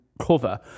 cover